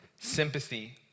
sympathy